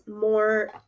more